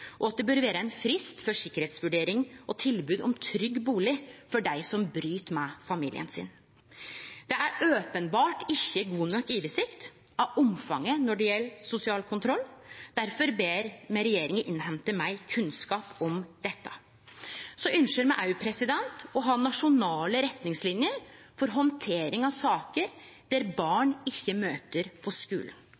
og at det bør vere ein frist for sikkerheitsvurdering og tilbod om trygg bustad for dei som bryt med familien sin. Det er openbert ikkje god nok oversikt over omfanget når det gjeld sosial kontroll. Difor ber me regjeringa innhenta meir kunnskap om dette. Me ynskjer òg å ha nasjonale retningsliner for handtering av saker der